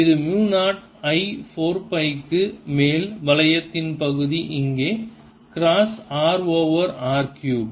இது மு 0 I 4 pi க்கு மேல் வளையத்தின் பகுதி இங்கே cross r over r cube